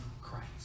Christ